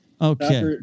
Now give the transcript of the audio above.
Okay